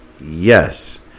Yes